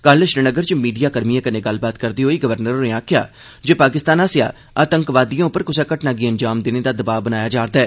कल श्रीनगर च मीडियाकर्मिएं कन्नै गल्लबात करदे होई उनें आखेआ जे पाकिस्तान आसेआ आतंकवादिएं उप्पर कुसा घटना गी अंजाम देने दा दबाऽ बनाया जा'रदा ऐ